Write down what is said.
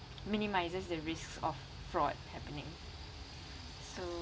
minimizes the risk of fraud happening so